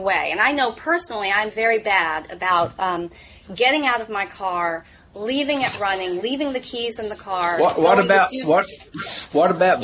away and i know personally i'm very bad about getting out of my car leaving after running leaving the keys in the car what about you were what about